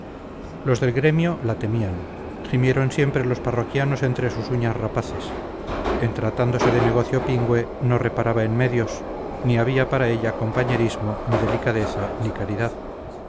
los del gremio la temían gimieron siempre los parroquianos entre sus uñas rapaces en tratándose de negocio pingüe no reparaba en medios ni había para ella compañerismo ni delicadeza ni caridad